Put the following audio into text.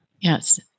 Yes